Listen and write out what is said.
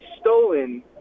stolen